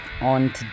on